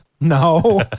no